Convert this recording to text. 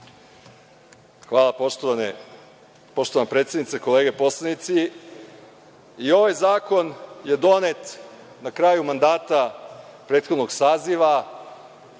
Hvala poštovana predsednice. Kolege poslanici, i ovaj zakon je donet na kraju mandata prethodnog saziva,